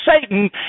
Satan